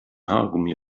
haargummi